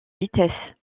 vitesse